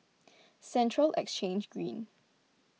Central Exchange Green